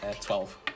twelve